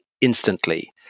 instantly